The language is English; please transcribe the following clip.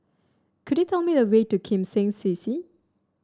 could you tell me the way to Kim Seng C C